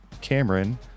Cameron